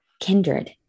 kindred